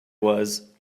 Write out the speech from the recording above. was